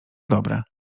dobre